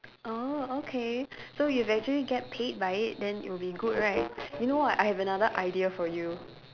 oh okay so if you actually get paid by it then it will be good right you know what I have another idea for you